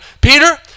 Peter